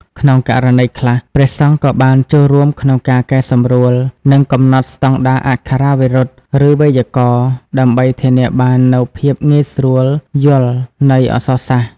ក្នុងករណីខ្លះ ព្រះសង្ឃក៏បានចូលរួមក្នុងការកែសម្រួល និងកំណត់ស្តង់ដារអក្ខរាវិរុទ្ធ ឬវេយ្យាករណ៍ ដើម្បីធានាបាននូវភាពងាយស្រួលយល់នៃអក្សរសាស្ត្រ។